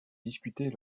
discutés